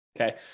okay